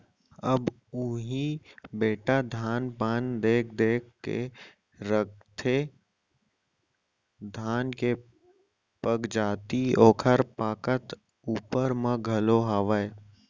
अब उही बेटा धान पान देख देख के रथेगा धान के पगजाति ओकर पाकत ऊपर म घलौ हावय